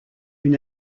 une